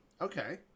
okay